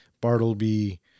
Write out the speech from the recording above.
Bartleby